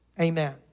Amen